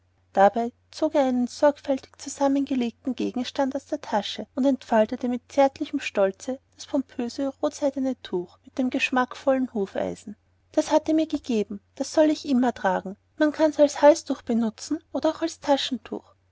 dabei zog er einen sorgfältig zusammengelegten gegenstand aus der tasche und entfaltete mit zärtlichem stolze das pompöse rotseidene tuch mit den geschmackvollen hufeisen das hat er mir gegeben das soll ich immer tragen man kann's als halstuch benutzen oder auch als taschentuch